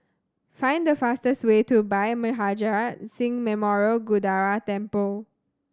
find the fastest way to Bhai Maharaj Singh Memorial Gurdwara Temple